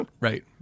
right